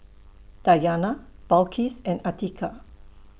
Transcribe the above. Dayana Balqis and Atiqah